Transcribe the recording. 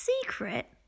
secret